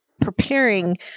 preparing